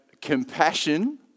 compassion